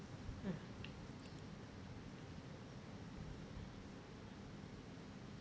uh